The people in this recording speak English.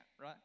right